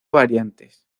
variantes